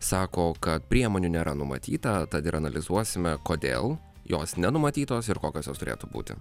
sako kad priemonių nėra numatyta tad ir analizuosime kodėl jos nenumatytos ir kokios jos turėtų būti